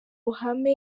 ruhame